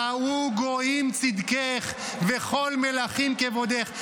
"וראו גוים צדקך וכל מלכים כבודך".